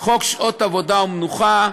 חוק שעות עבודה ומנוחה.